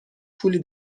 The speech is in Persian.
پولی